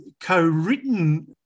co-written